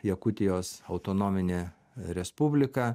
jakutijos autonominė respublika